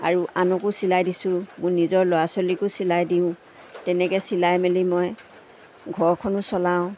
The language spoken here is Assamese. আৰু আনকো চিলাই দিছোঁ মোৰ নিজৰ ল'ৰা ছোৱালীকো চিলাই দিওঁ তেনেকৈ চিলাই মেলি মই ঘৰখনো চলাওঁ